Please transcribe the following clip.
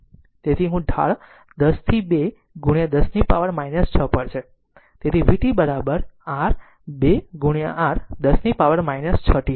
તેથી હું ઢાળ 10 થી 2 10 ની પાવર 6 પર છે તેથી v t r 2 r 10 ની પાવર 6 t હશે